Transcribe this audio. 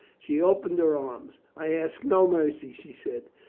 she opened her arms. i ask no mercy, she said.